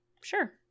Sure